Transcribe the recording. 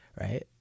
right